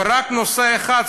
ורק נושא אחד,